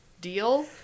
deal